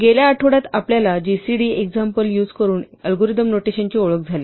गेल्या आठवड्यात आपल्याला gcd एक्झाम्पल यूझ करून अल्गोरिदम नोटेशनची ओळख झाली